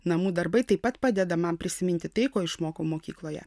namų darbai taip pat padeda man prisiminti tai ko išmokau mokykloje